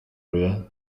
rua